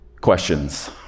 questions